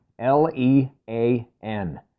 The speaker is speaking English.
L-E-A-N